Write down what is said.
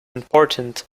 important